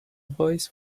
voice